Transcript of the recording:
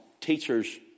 teachers